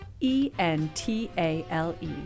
E-N-T-A-L-E